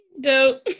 Dope